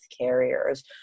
carriers